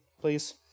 please